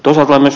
ralvis